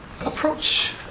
approach